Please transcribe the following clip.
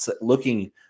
looking